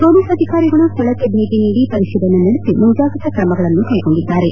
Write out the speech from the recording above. police ಅಧಿಕಾರಿಗಳು ಸ್ಥಳಕ್ಕೆ ಭೇಟಿ ನೀಡಿ ಪರಿಶೀಲನೆ ನಡೆಸಿ ಮುಂಜಾಗ್ರತಾ ಕ್ರಮಗಳನ್ನು ಕೈಗೊಂಡಿದ್ದಾರೆ